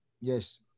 Yes